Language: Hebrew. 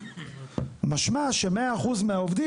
משמע ש-100% מהעובדים,